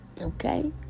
Okay